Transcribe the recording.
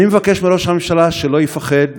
אני מבקש מראש הממשלה שלא יפחד,